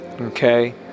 Okay